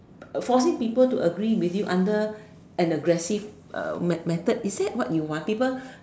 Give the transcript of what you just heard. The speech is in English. forcing people to agree with you under an aggressive uh met~ method is that what you want people